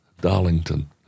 Darlington